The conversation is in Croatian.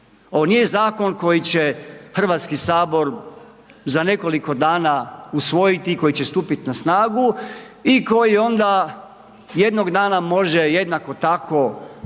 nije zakon koji će HS za nekoliko dana usvojit i koji će stupiti na snagu i koji onda jednog dana može jednako tako mijenjati